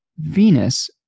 Venus